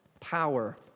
power